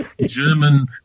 German